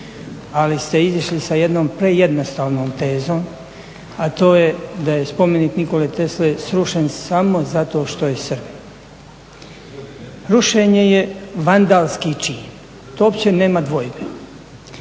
ali ste izišli sa jednom prejednostavnom tezom, a to je da je spomenik Nikole Tesle srušen samo zato što je Srbin. Rušenje je vandalski čin, to uopće nema dvojbe,